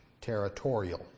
territorial